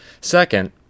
Second